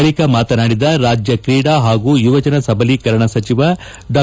ಬಳಕ ಮಾತನಾಡಿದ ರಾಜ್ಯ ತ್ರೇಡಾ ಹಾಗೂ ಯುವಜನ ಸಬಲೀಕರಣ ಸಚಿವ ಡಾ